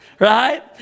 Right